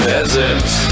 Peasants